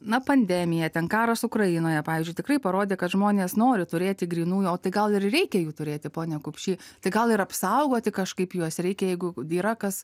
na pandemija ten karas ukrainoje pavyzdžiui tikrai parodė kad žmonės nori turėti grynųjų o tai gal ir reikia jų turėti ponia kupšy tai gal ir apsaugoti kažkaip juos reikia jeigu yra kas